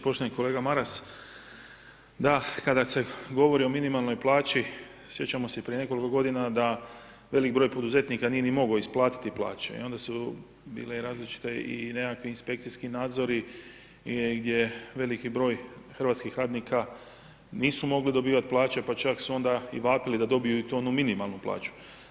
Poštovani kolega Maras, da kada se govori o minimalnoj plaći sjećamo se i prije nekoliko godina da veliki broj poduzetnika nije ni mogao isplatiti plaće i onda su bile i različite nekakve, inspekcijski nadzori gdje veliki broj hrvatskih radnika nisu mogli dobivati plaće pa čak su onda i vapili da dobiju i tu onu minimalnu plaću.